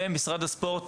משרד הספורט